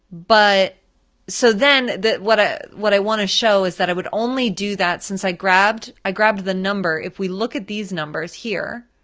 but so then what ah what i want to show is that i would only do that since i grabbed i grabbed the number, if we look at these numbers here,